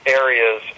areas